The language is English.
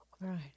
right